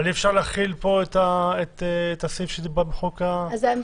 אבל אי אפשר להחיל פה את הסעיף שדיברת עליו בחוק --- העמדה